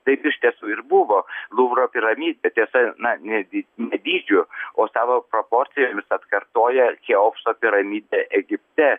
taip iš tiesų ir buvo luvro piramidė tiesa na ne dy ne dydžiu o savo proporcijomis atkartoja cheopso piramidę egipte